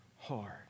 hard